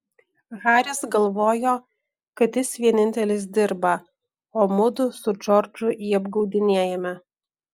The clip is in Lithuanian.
haris galvojo kad jis vienintelis dirba o mudu su džordžu jį apgaudinėjame